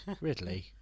Ridley